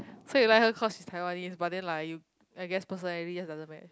so you like her cause she's Taiwanese but then like you I guess personally just doesn't match